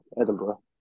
Edinburgh